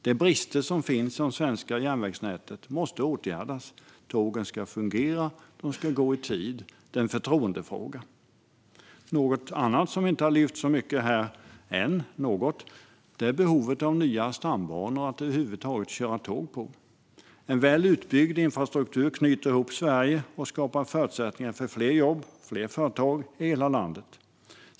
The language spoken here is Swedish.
De brister som finns i det svenska järnvägsnätet måste åtgärdas. Tågen ska fungera och gå i tid. Det är en förtroendefråga. Något annat som vi inte har lyft fram så mycket här ännu är behovet av nya stambanor att över huvud taget köra tåg på. En väl utbyggd infrastruktur knyter ihop Sverige och skapar förutsättningar för fler jobb och fler företag i hela landet.